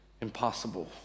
impossible